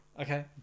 Okay